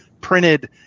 printed